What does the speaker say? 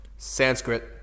sanskrit